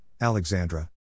Alexandra